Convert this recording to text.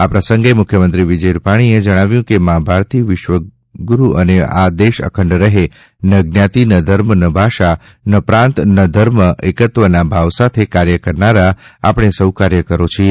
આપ્રસંગે મુખ્યમંત્રી વિજયભાઈ રૂપાણીએ જણાવ્યું છે કે મા ભારતી વિશ્વગુરુ બને અને આ દેશ અખંડ રહે ન જ્ઞાતિ ન ધર્મ ન ભાષા ન પ્રાંત ન ધર્મ પરંતુ એકત્વના ભાવ સાથે કાર્ય કરનારા આપણે સૌ કાર્યકરો છીએ